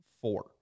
four